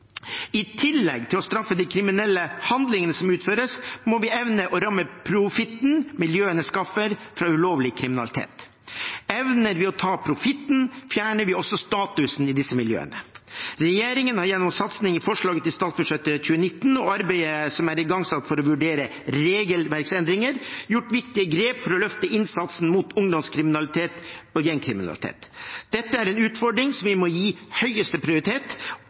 I tillegg til at vi straffer de kriminelle handlingene som utføres, må vi evne å ramme profitten miljøene skaffer fra ulovlig kriminalitet. Evner vi å ta profitten, fjerner vi også statusen i disse miljøene. Regjeringen har gjennom satsing i forslaget til statsbudsjettet for 2019 og arbeidet som er igangsatt for å vurdere regelverksendringer, gjort viktige grep for å løfte innsatsen mot ungdomskriminalitet og gjengkriminalitet. Dette er en utfordring som vi må gi høyeste prioritet.